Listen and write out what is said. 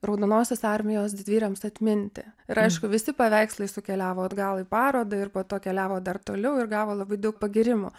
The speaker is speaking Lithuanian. raudonosios armijos didvyriams atminti ir aišku visi paveikslai sukeliavo atgal į parodą ir po to keliavo dar toliau ir gavo labai daug pagyrimų